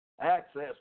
access